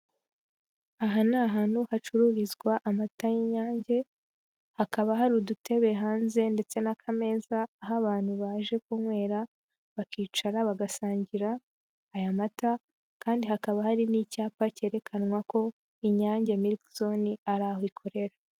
Aha ni ahantu hacururizwa amata y'Inyange, hakaba hari udutebe hanze ndetse n'akameza aho abantu baje kunywera bakicara bagasangira aya mata, kandi hakaba hari n'icyapa cyerekanwa ko Inyange milike zoni ari aho ikorera.